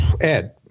Ed